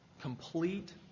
complete